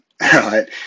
Right